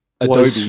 Adobe